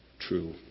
True